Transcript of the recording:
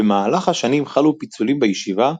במהלך השנים חלו פיצולים בישיבה,